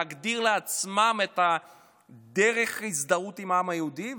להגדיר לעצמם את דרך ההזדהות עם העם היהודי.